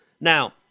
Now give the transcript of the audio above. Now